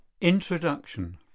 Introduction